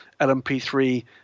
LMP3